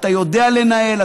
אתה יודע לנהל,